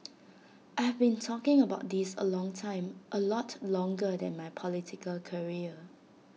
I've been talking about this A long time A lot longer than my political career